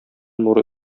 нуры